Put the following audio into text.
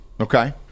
Okay